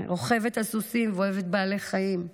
בת 11, רוכבת על סוסים ואוהבת בעלי חיים,